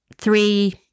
three